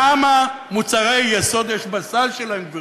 כמה מוצרי יסוד יש בסל שלהם, גברתי?